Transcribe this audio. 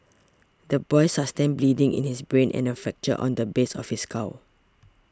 the boy sustained bleeding in his brain and a fracture on the base of his skull